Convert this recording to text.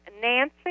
Nancy